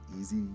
easy